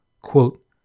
Quote